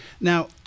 Now